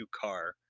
car